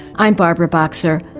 i'm barbara boxer,